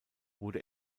wurde